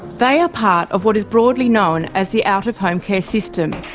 they are part of what is broadly known as the out-of-home care system,